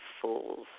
fools